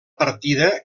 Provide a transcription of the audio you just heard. partida